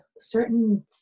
certain